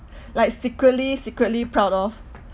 like secretly secretly proud of